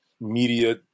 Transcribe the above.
media